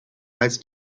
als